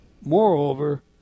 Moreover